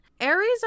Aries